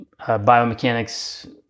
biomechanics